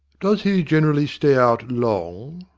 does he generally stay out long?